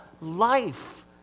life